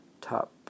top